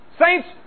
Saints